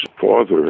father